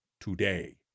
today